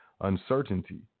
uncertainty